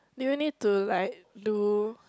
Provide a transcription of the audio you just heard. do you need to like do